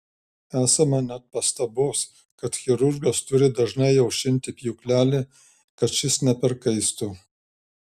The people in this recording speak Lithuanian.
esama net pastabos kad chirurgas turi dažnai aušinti pjūklelį kad šis neperkaistų